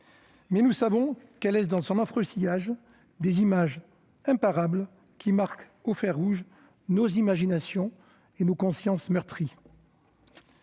mais nous savons qu'elle laisse dans son affreux sillage des images imparables qui marquent au fer rouge nos imaginations et nos consciences meurtries.